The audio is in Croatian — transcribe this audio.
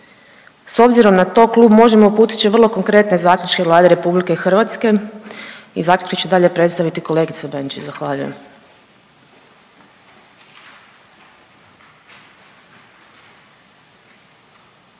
S obzirom na to klub Možemo uputit će vrlo konkretne zaključke Vladi RH i zaključke će dalje predstaviti kolegica Benčić. Zahvaljujem.